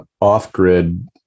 off-grid